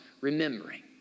remembering